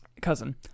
Cousin